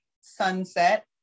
sunset